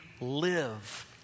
live